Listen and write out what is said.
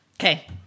Okay